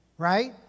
right